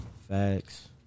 Facts